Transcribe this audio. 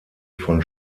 von